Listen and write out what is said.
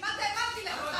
אני כמעט האמנתי לך,